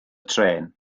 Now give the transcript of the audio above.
trên